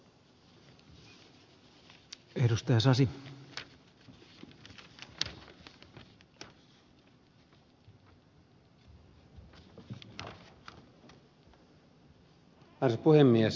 arvoisa puhemies